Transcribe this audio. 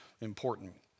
Important